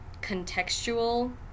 contextual